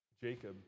Jacob